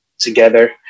together